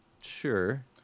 sure